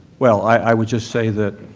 well, i would just say that,